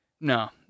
no